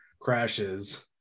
crashes